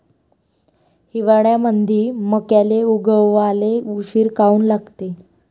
हिवाळ्यामंदी मक्याले उगवाले उशीर काऊन लागते?